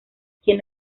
quien